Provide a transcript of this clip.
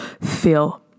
feel